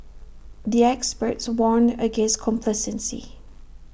the experts warned against complacency